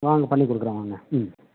வாங்க பண்ணிக் கொடுக்குறேன் வாங்க ம்